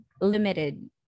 limited